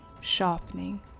sharpening